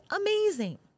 amazing